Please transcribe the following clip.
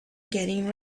getting